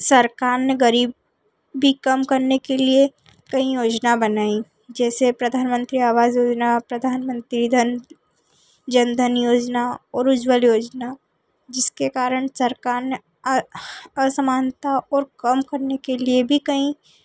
सरकार ने ग़रीबी कम करने के लिए कई योजना बनाई जैसे प्रधानमंत्री आवास योजना प्रधानमंत्री धन जन धन योजना प्रधानमंत्री और उज्जवल योजना जिसके कारण सरकार ने असमानता को कम करने के लिए भी कई